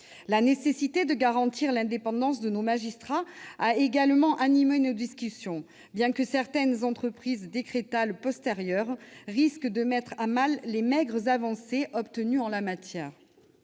La nécessité de garantir l'indépendance de nos magistrats a également animé nos discussions, bien que certaines entreprises décrétales postérieures risquent de mettre à mal les maigres avancées obtenues en la matière.